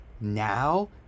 now